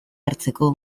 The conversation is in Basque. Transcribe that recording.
hartzeko